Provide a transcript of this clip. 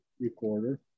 recorder